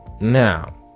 now